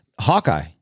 Hawkeye